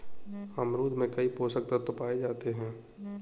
अमरूद में कई पोषक तत्व पाए जाते हैं